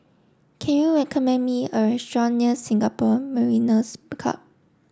can you recommend me a restaurant near Singapore Mariners' Club